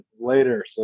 later